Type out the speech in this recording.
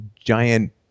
giant